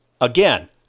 again